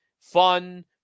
fun